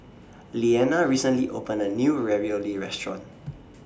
Leana recently opened A New Ravioli Restaurant